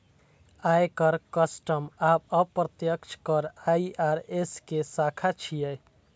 आयकर, कस्टम आ अप्रत्यक्ष कर आई.आर.एस के शाखा छियै